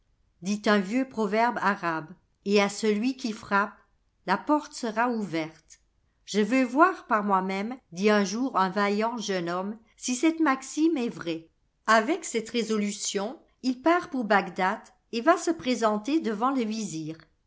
dit un vieux proverbe arabe et à celui qui frappe la porte sera ouverte je veux voir par moi-même dit un jour un vaillant jeune homme si cette maxime est vraie avec cette résolution il part pour bagdad et va se présenter devant le